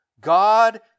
God